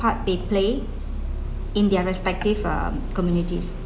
part they play in their respective uh communities